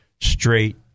straight